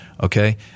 okay